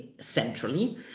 centrally